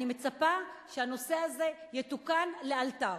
אני מצפה שהנושא הזה יתוקן לאלתר.